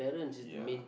ya